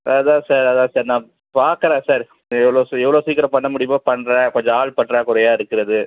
அதான் சார் அதான் சார் நான் பார்க்கறேன் சார் எவ்வளோ சீ எவ்வளோ சீக்கரம் பண்ண முடியுமோ பண்ணுறேன் கொஞ்சம் ஆள் பற்றாக்குறையாக இருக்கிறது